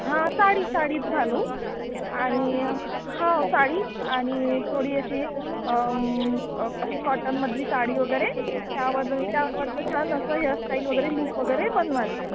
हा साडी साडीच घालू आणि हो साडी आणि थोडी अशी क अशी कॉटनमधली साडी वगैरे त्याबदल त्यावरचं छान असं हेअरस्टाईल वगैरे लूक वगैरे बनवायचं आहे